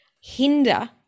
hinder